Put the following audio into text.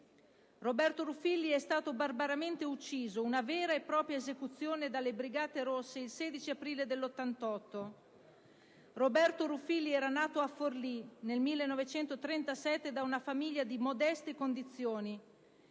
Roberto Ruffilli è stato barbaramente ucciso, con una vera e propria esecuzione ad opera delle Brigate rosse, il 16 aprile 1988. Roberto Ruffilli era nato a Forlì, nel 1937, da una famiglia di modeste condizioni.